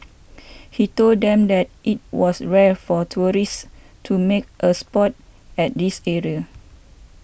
he told them that it was rare for tourists to make a spot at this area